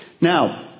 Now